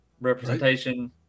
representation